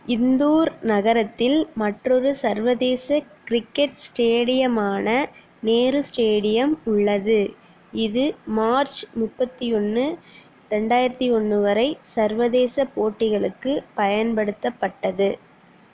இந்தூர் நகரத்தில் மற்றொரு சர்வதேச கிரிக்கெட் ஸ்டேடியமான நேரு ஸ்டேடியம் உள்ளது இது மார்ச் முப்பத்தி ஒன்று ரெண்டாயிரத்தி ஒன்று வரை சர்வதேச போட்டிகளுக்கு பயன்படுத்தப்பட்டது